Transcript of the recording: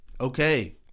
Okay